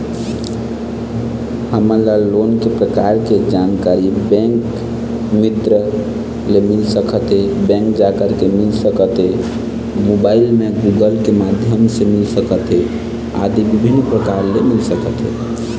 मोला लोन के प्रकार के जानकारी काकर ले मिल ही?